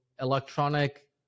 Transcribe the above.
electronic